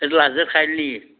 এইটোৰ last date সাৰিলনেকি